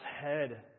head